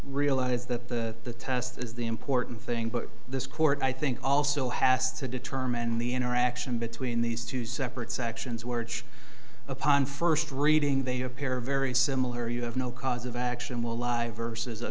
realize that the test is the important thing but this court i think also has to determine the interaction between these two separate sections were upon first reading they appear very similar you have no cause of action will live